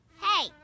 Hey